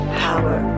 power